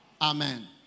Amen